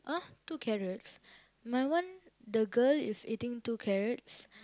!huh! two carrots my one the girl is eating two carrots